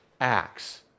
Acts